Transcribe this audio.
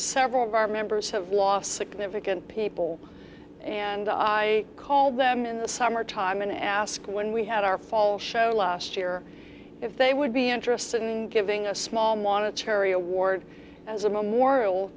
several of our members have lost significant people and i called them in the summer time and ask when we had our fall show last year if they would be interested in giving a small monetary award as a memorial